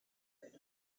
and